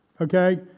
Okay